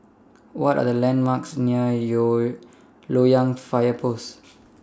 What Are The landmarks near Loyang Fire Post